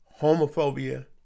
homophobia